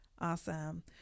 Awesome